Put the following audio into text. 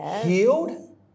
healed